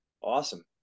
Awesome